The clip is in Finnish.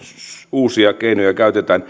uusia keinoja käytetään